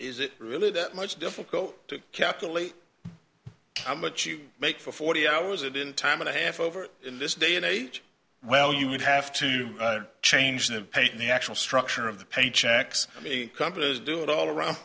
is it really that much difficult to calculate how much you make for forty hours and in time and a half over in this day and age well you would have to change the pay in the actual structure of the paychecks i mean companies do it all around